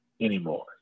anymore